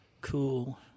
cool